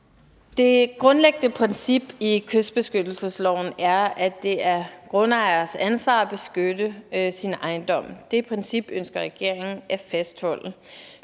Det grundlæggende princip i kystbeskyttelsesloven er, at det er grundejerens ansvar at beskytte sin ejendom. Det princip ønsker regeringen at fastholde.